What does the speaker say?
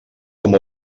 com